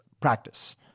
practice